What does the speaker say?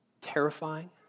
terrifying